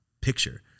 picture